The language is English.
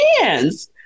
hands